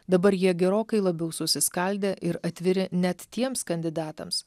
dabar jie gerokai labiau susiskaldę ir atviri net tiems kandidatams